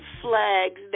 flags